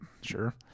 sure